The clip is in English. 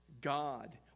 God